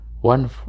One